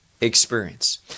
experience